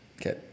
Okay